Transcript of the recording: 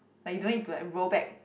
like you don't need to like roll back